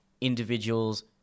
individuals